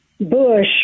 bush